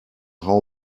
how